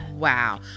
Wow